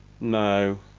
No